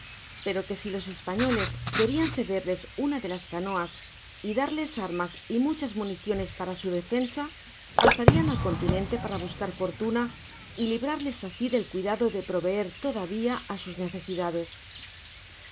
pero que si los españoles querian cederles una de las canoas y darles armas y municiones para su defensa pasarian al continente para buscar fortuna y librarles asi del cuidado de proveer todavía a sus necesidades